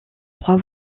trois